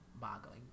boggling